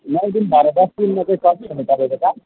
नौ दिन भएर दसदिनमा चाहिँ सकिहाल्ने तपाईँको चाड